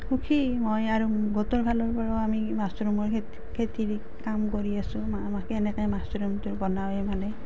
সুখী মই আৰু গোটৰ ফালৰ পৰাও আমি মাছৰুমৰ খেতি খেতিৰ কাম কৰি আছোঁ আমাক কেনেকৈ মাছৰুমটো বনায় মানে